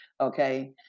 Okay